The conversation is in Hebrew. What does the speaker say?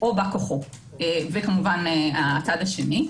או בא כוחו והצד השני.